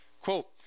Quote